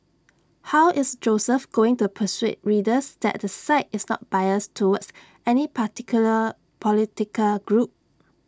how is Joseph going to persuade readers that the site is not biased towards any particular political group